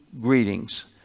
greetings